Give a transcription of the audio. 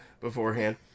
beforehand